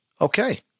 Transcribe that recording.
okay